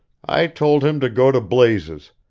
i told him to go to blazes,